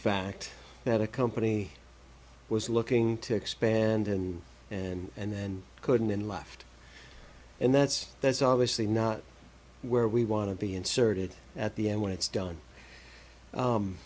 fact that a company was looking to expand in and then couldn't left and that's that's obviously not where we want to be inserted at the end when it's done